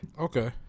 Okay